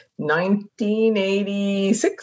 1986